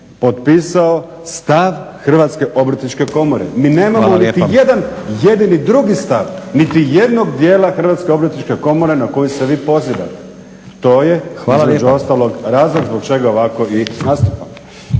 potpisao stav HOK-a. Mi nemamo niti jedan jedini drugi stav, niti jednog dijela HOK-a na koju se vi pozivate. To je između ostalog razlog zbog čega ovako i nastupam.